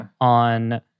on